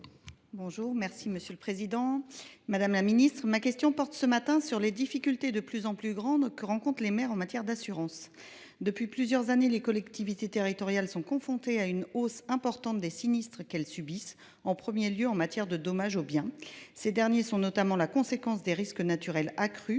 territoriales et de la ruralité. Ma question concerne les difficultés croissantes que rencontrent les maires en matière d’assurance. Depuis plusieurs années, les collectivités territoriales sont confrontées à une hausse importante des sinistres qu’elles subissent, en premier lieu en matière de dommages aux biens. Ces derniers sont notamment la conséquence des risques naturels accrus